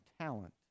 talent